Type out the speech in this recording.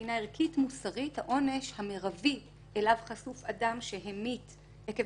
שמבחינה ערכית-מוסרית העונש המרבי אליו חשוף אדם שהמית עקב